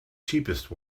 cheapest